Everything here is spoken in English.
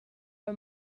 her